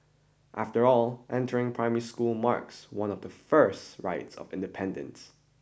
after all entering primary school marks one of the first rites of independence